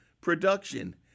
production